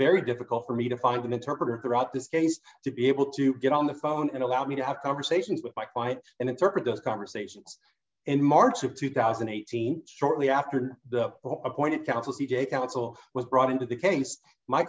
very difficult for me to find an interpreter throughout this case to be able to get on the phone and allow me to have conversations with my client and interpret those conversations in march of two thousand and eighteen shortly after the appointed counsel b j council was brought into the case my